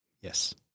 Yes